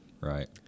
Right